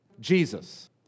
Jesus